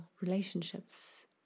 relationships